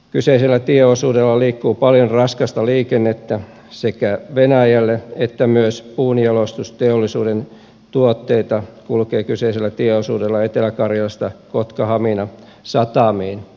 kyseisellä tieosuudella liikkuu paljon raskasta liikennettä venäjälle ja myös puunjalostusteollisuuden tuotteita kulkee kyseisellä tieosuudella etelä karjalasta kotkahamina satamiin